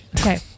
Okay